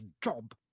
job